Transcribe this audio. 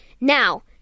Now